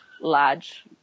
large